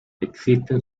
existen